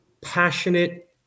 passionate